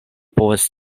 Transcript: povas